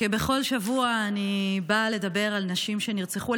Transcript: כבכל שבוע, אני באה לדבר על נשים שנרצחו.